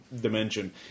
dimension